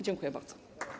Dziękuję bardzo.